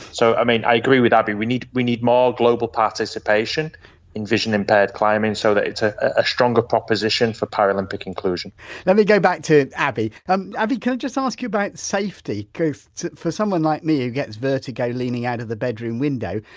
so i mean, i agree with abbie, we need we need more global participation in vision impaired climbing, so that it's a ah stronger proposition for paralympic inclusion let me go back to abbie. um abbie can i just ask you but about safety because for someone, like me, who gets vertigo leaning out of the bedroom window,